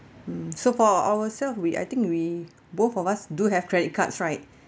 mm so for ourselves we I think we both of us do have credit cards right